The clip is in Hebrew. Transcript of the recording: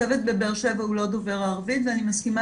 הצוות בבאר שבע הוא לא דובר ערבית ואני מסכימה